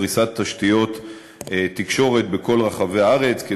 לפריסת תשתיות תקשורת בכל רחבי הארץ,